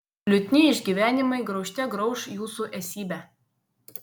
liūdni išgyvenimai graužte grauš jūsų esybę